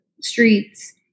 streets